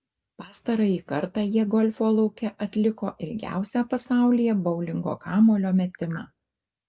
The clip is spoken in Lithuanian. pastarąjį kartą jie golfo lauke atliko ilgiausią pasaulyje boulingo kamuolio metimą